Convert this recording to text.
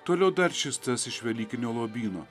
toliau dar šis tas iš velykinio lobyno